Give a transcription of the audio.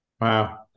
Wow